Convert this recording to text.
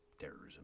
terrorism